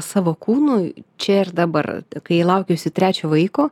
savo kūnui čia ir dabar kai laukiausi trečio vaiko